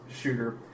shooter